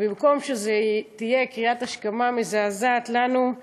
ובמקום שזו תהיה קריאת השכמה מזעזעת לנו,